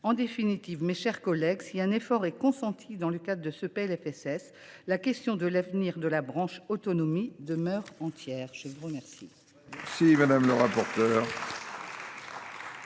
En définitive, mes chers collègues, si un effort est consenti dans le cadre de ce PLFSS, la question de l’avenir de la branche autonomie demeure entière. Très bien